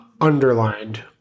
underlined